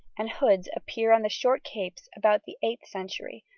and hoods appear on the short capes about the eighth century,